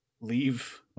Leave